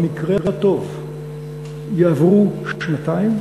במקרה הטוב יעברו שנתיים,